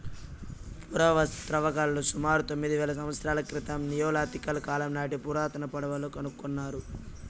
పురావస్తు త్రవ్వకాలలో సుమారు తొమ్మిది వేల సంవత్సరాల క్రితం నియోలిథిక్ కాలం నాటి పురాతన పడవలు కనుకొన్నారు